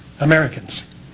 Americans